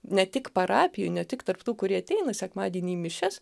ne tik parapijoje ne tik tarp tų kurie ateina sekmadienį į mišias